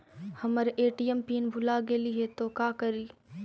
हमर ATM PIN भूला गेली हे, तो का करि?